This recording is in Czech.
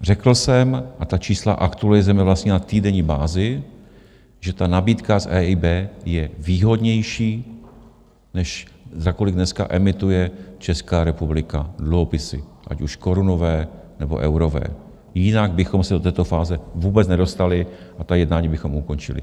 Řekl jsem, a ta čísla aktualizujeme vlastně na týdenní bázi, že nabídka z EIB je výhodnější, než za kolik dneska emituje Česká republika dluhopisy, ať už korunové, nebo eurové, jinak bychom se do této fáze vůbec nedostali a ta jednání bychom ukončili.